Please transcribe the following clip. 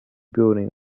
building